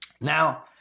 now